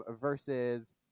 versus